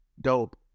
dope